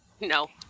No